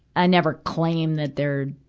i never claim that they're,